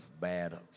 bad